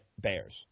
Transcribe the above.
Bears